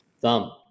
Thumb